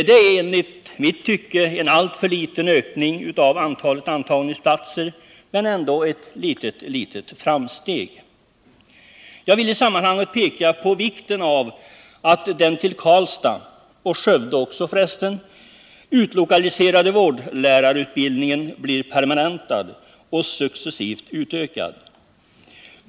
Det är, i mitt tycke, en alltför liten ökning av antalet antagningsplatser, men ändå ett litet framsteg. Jag vill i sammanhanget peka på vikten av att den till Karlstad — och även Skövde — utlokaliserade vårdlärarutbildningen blir permanentad och successivt utökad.